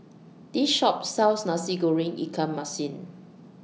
This Shop sells Nasi Goreng Ikan Masin